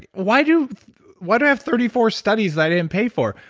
why do why do i have thirty four studies that i didn't pay for?